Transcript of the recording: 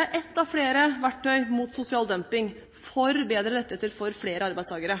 er et av flere verktøy mot sosial dumping og for bedre rettigheter for flere arbeidstakere.